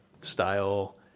style